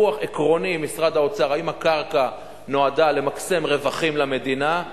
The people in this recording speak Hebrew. ויכוח עקרוני עם משרד האוצר האם הקרקע נועדה למקסם רווחים למדינה,